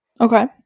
okay